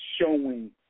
showing